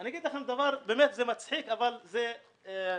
אני אומר לכם דבר שהוא מצחיק אבל זה כואב.